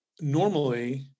normally